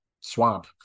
swamp